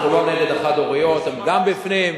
אנחנו לא נגד החד-הוריות, גם הן בפנים.